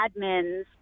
admins